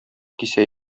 кисә